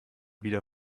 wieder